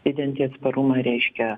didinti atsparumą reiškia